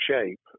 shape